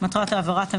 מטרת העברת המידע,